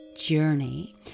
journey